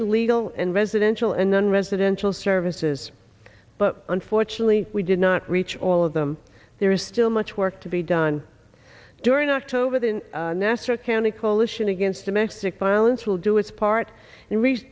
a legal and residential and nonresidential services but unfortunately we did not reach all of them there is still much work to be done during october than nestor can the coalition against domestic violence will do its part and reach